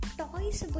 toys